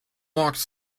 walked